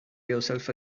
yourself